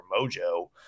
mojo